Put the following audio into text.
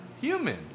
human